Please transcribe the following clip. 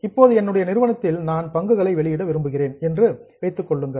இப்போது என்னுடைய நிறுவனத்தில் நான் பங்குகளை வெளியிட விரும்புகிறேன் என்று வைத்துக் கொள்ளுங்கள்